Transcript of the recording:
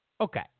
okay